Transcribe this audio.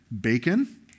Bacon